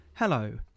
Hello